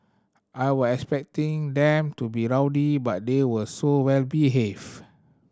I was expecting them to be rowdy but they were so well behaved